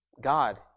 God